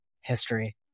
history